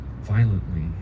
violently